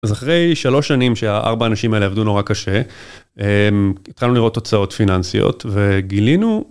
אז אחרי שלוש שנים שהארבעה אנשים האלה עבדו נורא קשה, התחלנו לראות תוצאות פיננסיות וגילינו.